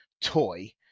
toy